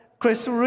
Chris